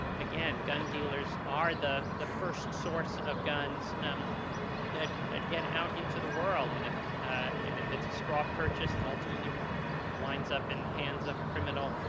again, gun dealers are the the first source of guns um that that get out into the world. and if and if it's a straw purchase that ultimately winds up in the hands of a criminal,